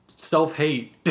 Self-hate